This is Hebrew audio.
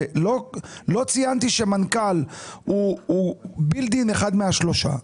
לא ציינתי שמנכ"ל הוא build-in אחד מהשלושה.